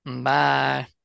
Bye